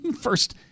First